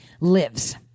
lives